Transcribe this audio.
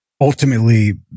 ultimately